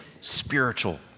spiritual